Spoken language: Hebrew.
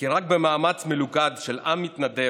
כי רק במאמץ מלוכד של עם מתנדב